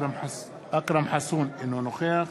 אינו נוכח